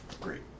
great